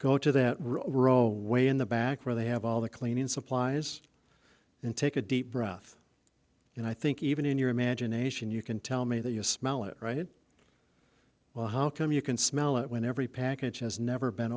go to that we're all way in the back where they have all the cleaning supplies and take a deep breath and i think even in your imagination you can tell me that you smell it right well how come you can smell it when every package has never been